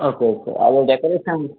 okay okay ಅದೇ decoration